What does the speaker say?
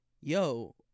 yo